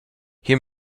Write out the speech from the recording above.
hier